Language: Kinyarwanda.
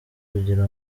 kugira